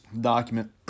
document